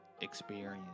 experience